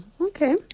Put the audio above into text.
Okay